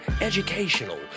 educational